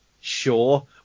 sure